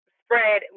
spread